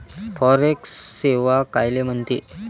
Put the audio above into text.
Forex सेवा कायले म्हनते?